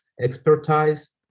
expertise